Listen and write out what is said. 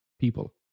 people